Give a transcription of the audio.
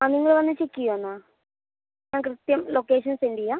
അത് ഒന്ന് വന്ന് ചെക്ക് ചെയ്യാവോ എന്നാൽ ഞാൻ കൃത്യം ലൊക്കേഷൻ സെൻഡ് ചെയ്യാം